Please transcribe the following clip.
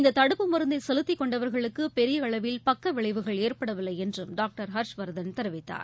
இந்த தடுப்பு மருந்தை செலுத்தி கொண்டவர்களுக்கு பெரிய அளவில் பக்க விளைவுகள் ஏற்படவில்லை என்றும் டாக்டர் ஹர்ஷ்வர்தன் தெரிவித்தார்